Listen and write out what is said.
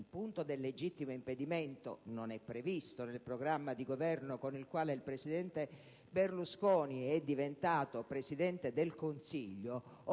il punto del legittimo impedimento non è previsto nel programma di governo con il quale il presidente Berlusconi è diventato Presidente del Consiglio,